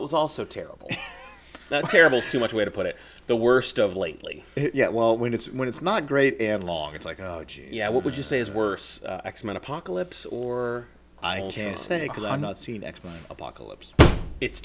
it was also terrible that's terrible too much way to put it the worst of lately yeah well when it's when it's not great and long it's like oh yeah what would you say is worse x men apocalypse or i can say it because i'm not seen x by apocalypse it's